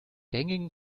gängigen